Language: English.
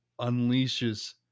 unleashes